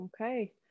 Okay